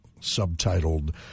subtitled